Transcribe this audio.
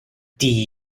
die